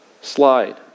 slide